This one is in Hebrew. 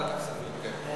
ועדת הכספים, כן.